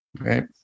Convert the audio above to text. right